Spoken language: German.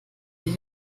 euch